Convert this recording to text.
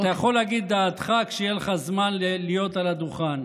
אתה יכול להגיד את דעתך כשיהיה לך זמן להיות על הדוכן.